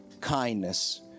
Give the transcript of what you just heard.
kindness